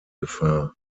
gefahr